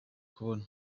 kubona